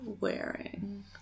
wearing